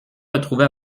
retrouver